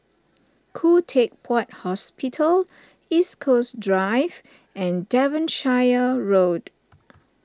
Khoo Teck Puat Hospital East Coast Drive and Devonshire Road